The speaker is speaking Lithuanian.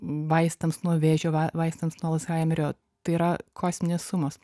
vaistams nuo vėžio vai vaistams nu alzhaimerio tai yra kosminės sumos